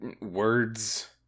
words